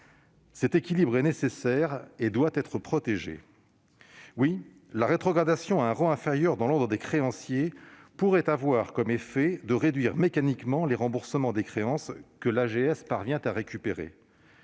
Cet équilibre, nécessaire, doit être protégé. Oui, la rétrogradation à un rang inférieur dans l'ordre des créanciers pourrait avoir comme effet de réduire mécaniquement les remboursements de créances que l'AGS parvient à récupérer.